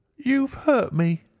you've hurt me!